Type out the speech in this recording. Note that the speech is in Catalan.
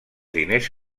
diners